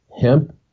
hemp